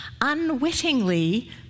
unwittingly